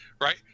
right